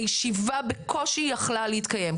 הישיבה בקושי יכלה להתקיים.